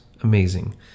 Amazing